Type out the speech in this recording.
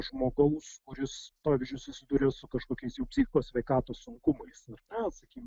žmogaus kuris pavyzdžiui susiduria su kažkokiais jau psichikos sveikatos sunkumais ir na sakykim